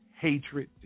hatred